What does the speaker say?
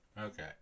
Okay